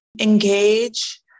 engage